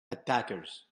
attackers